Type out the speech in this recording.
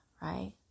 right